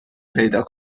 پیدا